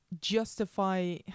justify